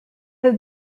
have